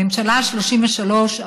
בממשלה ה-33,